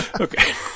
okay